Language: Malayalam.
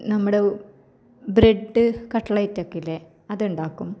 നമ്മുടെ ബ്രെഡ് കട്ട്ലെറ്റ് ഒക്കെയില്ലെ അതുണ്ടാക്കും